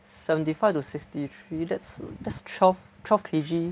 seventy five to sixty three that's that's twelve twelve K_G